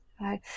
right